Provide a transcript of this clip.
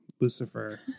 Lucifer